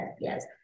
yes